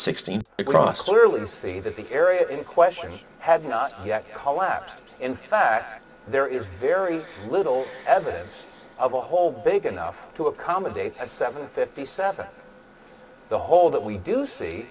sixteen across clearly to see that the area in question had not yet last in fact there is very little evidence of a hole big enough to accommodate a seven fifty seven the hole that we do